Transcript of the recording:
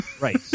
right